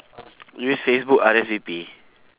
use facebook R_S_V_P